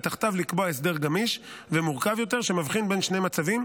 ותחתיו לקבוע הסדר גמיש ומורכב יותר שמבחין בין שני מצבים,